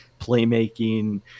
playmaking